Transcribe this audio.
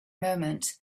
moment